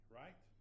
right